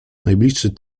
najbliższy